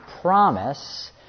promise